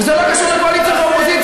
וזה לא קשור לקואליציה ואופוזיציה.